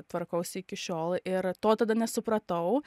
tvarkausi iki šiol ir to tada nesupratau